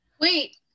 Wait